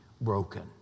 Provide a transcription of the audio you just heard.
broken